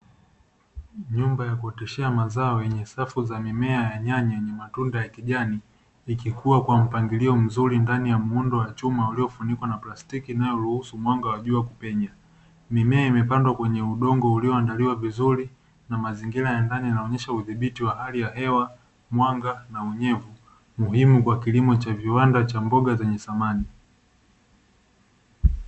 Nyumba ya kuoteshea mazao yenye safu za mimea ya nyanya yenye matunda ya kijani ikikua kwa mpangilio mzuri ndani ya muundo wa chuma uliyofunikwa na plastiki inayoruhusu mwanga wa jua kupenya. Mimea imepandwa kwenye udongo uliyoandaliwa vizuri na mazingira ya ndani inaonyesha udhibiti wa hali ya hewa, mwanga na unyevu muhimu kwa kilimo cha viwanda cha mboga zenye thamani.